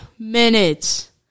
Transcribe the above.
Minutes